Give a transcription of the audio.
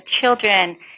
children